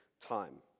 time